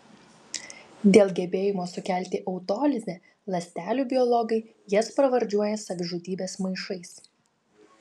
dėl gebėjimo sukelti autolizę ląstelių biologai jas pravardžiuoja savižudybės maišais